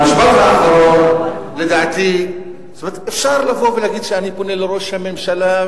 המשפט האחרון אפשר לבוא ולהגיד שאני פונה לראש הממשלה,